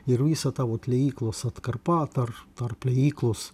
ir visa tavo liejyklos atkarpa tarp tarp liejyklos